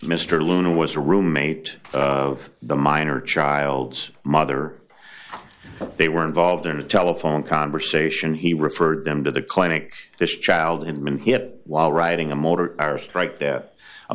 mr luna was a roommate of the minor child's mother they were involved in a telephone conversation he referred them to the clinic this child in been hit while riding a motor car strike there a